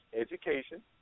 education